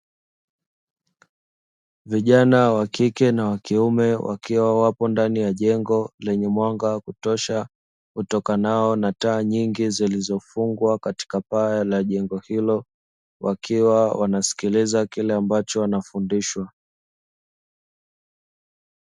Vijana wa kike na wa kiume wakiwa wapo ndani ya jengo lenye mwanga wa kutosha, utokanao na taa nyingi zilizofungwa katika paa la jengo hilo wakiwa wanasikiliza kile ambacho wanafundishwa.